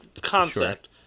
concept